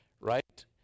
right